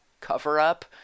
cover-up